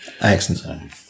Excellent